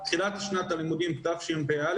תחילת שנת הלימודים תשפ"א,